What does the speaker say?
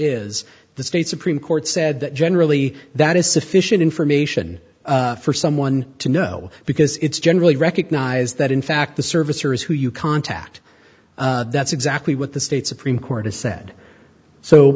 is the state supreme court said that generally that is sufficient information for someone to know because it's generally recognized that in fact the servicers who you contact that's exactly what the state supreme court has said so